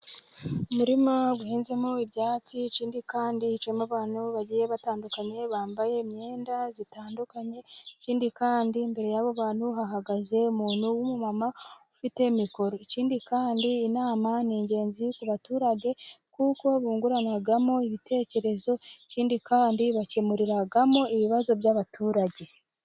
Umurima uhinzemo ibyatsi ikindi kandi hicayemo abantu bagiye batandukanye bambaye imyenda zitandukanye, ikindi kandi imbere y'abo bantu hahagaze umuntu w'inyuma ufite a mikoro, ikindi kandi inama n'ingenzi ku baturage kuko bunguranamo ibitekerezo ikindi kandi bakemuriramo ibibazo by'abaturage.